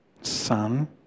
Son